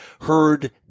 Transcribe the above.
Heard